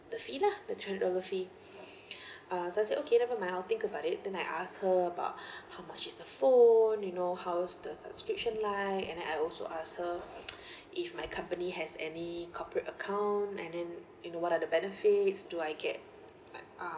the fee lah the three hundred dollar fee uh so I said okay never mind I'll think about it then I ask her about how much is the phone you know how's the subscription like and then I also ask her if my company has any corporate account and then you know what are the benefits do I get um